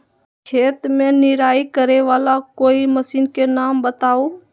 खेत मे निराई करे वाला कोई मशीन के नाम बताऊ?